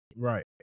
Right